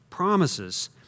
promises